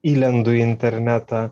įlendu į internetą